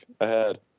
ahead